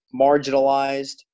marginalized